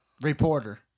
reporter